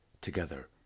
Together